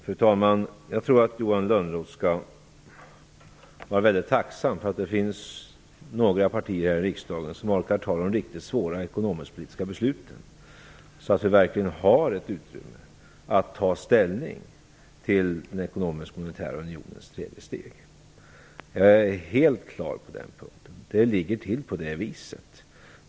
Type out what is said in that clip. Fru talman! Jag tror att Johan Lönnroth skall vara väldigt tacksam för att det finns några partier i riksdagen som orkar ta de riktigt svåra ekonomisk-politiska besluten, så att vi verkligen har utrymme för att ta ställning till den ekonomiska och monetära unionens tredje steg - jag är helt klar på den punkten. Det ligger till på det viset.